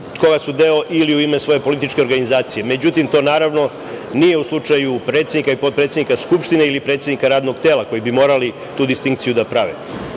koga su deo ili u ime svoje političke organizacije. Međutim, to naravno nije u slučaju predsednika i potpredsednika Skupštine ili predsednika radnog tela koji bi morali tu distinkciju da prave.U